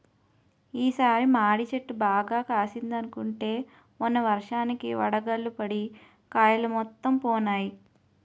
ఈ సారి మాడి చెట్టు బాగా కాసిందనుకుంటే మొన్న వర్షానికి వడగళ్ళు పడి కాయలు మొత్తం పోనాయి